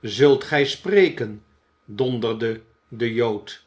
zult gij spreken donderde de jood